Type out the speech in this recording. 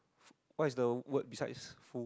what is the word besides